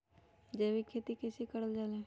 जैविक खेती कई से करल जाले?